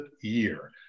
year